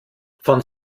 von